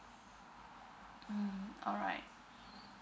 mm alright